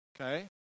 Okay